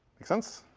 make sense?